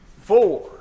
four